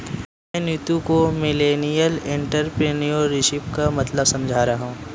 मैं नीतू को millennial entrepreneurship का मतलब समझा रहा हूं